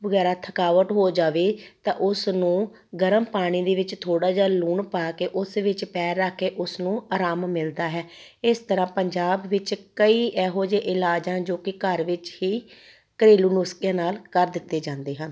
ਵਗੈਰਾ ਥਕਾਵਟ ਹੋ ਜਾਵੇ ਤਾਂ ਉਸ ਨੂੰ ਗਰਮ ਪਾਣੀ ਦੇ ਵਿੱਚ ਥੋੜ੍ਹਾ ਜਿਹਾ ਲੂਣ ਪਾ ਕੇ ਉਸ ਵਿਚ ਪੈਰ ਰੱਖ ਕੇ ਉਸ ਨੂੰ ਆਰਾਮ ਮਿਲਦਾ ਹੈ ਇਸ ਤਰ੍ਹਾਂ ਪੰਜਾਬ ਵਿਚ ਕਈ ਇਹੋ ਜਿਹੇ ਇਲਾਜ ਹਨ ਜੋ ਕਿ ਘਰ ਵਿਚ ਹੀ ਘਰੇਲੂ ਨੁਸਕਿਆਂ ਨਾਲ ਕਰ ਦਿੱਤੇ ਜਾਂਦੇ ਹਨ